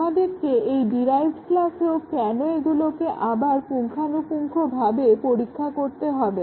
আমাদেরকে এই ডিরাইভড ক্লাসেও কেন এগুলোকে আবার পুঙ্খানুপুঙ্খভাবে পরীক্ষা করতে হবে